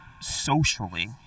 socially